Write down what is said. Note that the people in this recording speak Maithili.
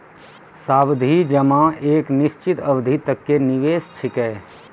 सावधि जमा एक निश्चित अवधि तक के निवेश छिकै